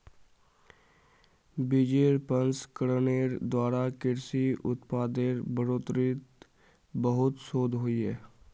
बिजेर प्रसंस्करनेर द्वारा कृषि उत्पादेर बढ़ोतरीत बहुत शोध होइए